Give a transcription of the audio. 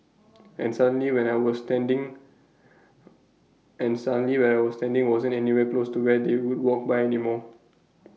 and suddenly where I was standing and suddenly where I was standing wasn't anywhere close to where they would walk by anymore